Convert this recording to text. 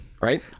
Right